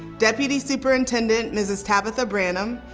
deputy superintendent, mrs. tabitha branum.